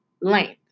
length